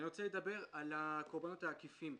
אני רוצה לדבר על הקורבנות העקיפים.